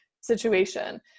situation